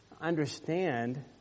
understand